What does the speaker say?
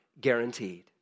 guaranteed